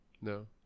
no